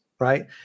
right